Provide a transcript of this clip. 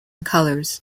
colours